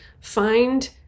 find